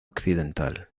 occidental